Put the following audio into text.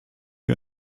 wir